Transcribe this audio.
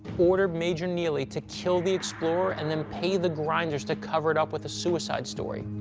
ordered major neely to kill the explorer and then pay the grinders to cover it up with a suicide story.